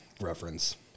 reference